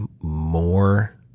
more